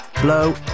blow